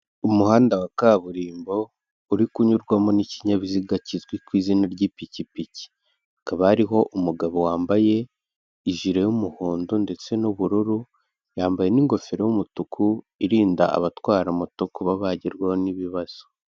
Umuhanda wa kaburimbo uri kunyurwamo n'ikinyabiziga kizwi ku izina ry'ipikipiki, hakaba hariho umugabo wambaye ijire y'umuhondo ndetse n'ubururu, yambaye n'ingofero y'umutuku irinda abatwara moto kuba bagerwaho n'ibibazo.